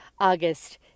August